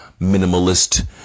minimalist